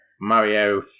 Mario